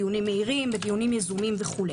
בדיונים מהירים, בדיונים יזומים וכו'.